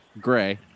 Gray